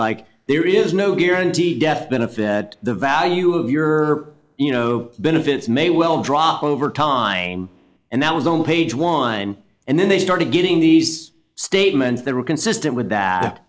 like there is no guarantee death benefit that the value of your you know benefits may well drop over time and that was on page one and then they started getting these statements that were consistent with that